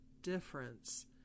difference